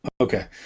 Okay